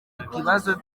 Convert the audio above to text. ibibazo